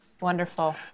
Wonderful